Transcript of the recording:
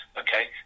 okay